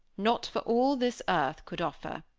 not for all this earth could offer.